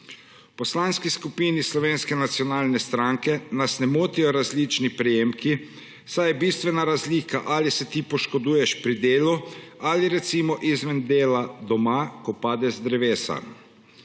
Poslanski skupini Slovenske nacionalne stranke nas ne motijo različni prejemki, saj je bistvena razlika, ali se ti poškoduješ pri delu ali recimo izven dela doma, ko padeš z drevesa.